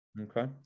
Okay